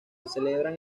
celebran